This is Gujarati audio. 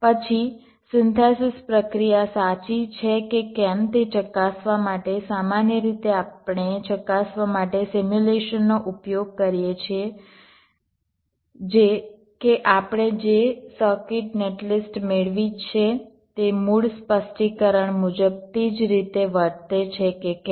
પછી સિન્થેસિસ પ્રક્રિયા સાચી છે કે કેમ તે ચકાસવા માટે સામાન્ય રીતે આપણે ચકાસવા માટે સિમ્યુલેશન નો ઉપયોગ કરીએ છીએ કે આપણે જે સર્કિટ નેટ લિસ્ટ મેળવી છે તે મૂળ સ્પષ્ટીકરણ મુજબ તે જ રીતે વર્તે છે કે કેમ